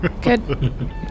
Good